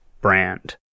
brand